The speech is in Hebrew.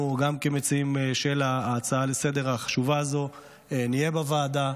אנחנו כמציעים של ההצעה החשובה הזאת לסדר-היום נהיה בוועדה,